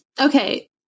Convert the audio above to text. Okay